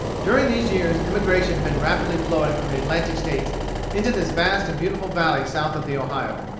during these years emigration had been rapidly flowing from the atlantic states into this vast and beautiful valley south of the ohio.